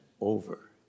over